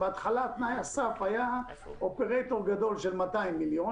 כשבהתחלה תנאי הסף היה אופרייטור גדול של 200 מיליון,